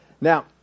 Now